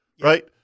right